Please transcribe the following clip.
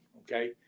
okay